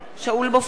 שאול מופז,